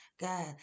God